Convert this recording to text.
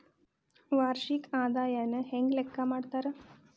ವಾರ್ಷಿಕ ಆದಾಯನ ಹೆಂಗ ಲೆಕ್ಕಾ ಮಾಡ್ತಾರಾ?